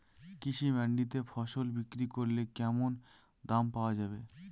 কৃষি মান্ডিতে ফসল বিক্রি করলে কেমন দাম পাওয়া যাবে?